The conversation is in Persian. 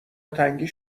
تنگی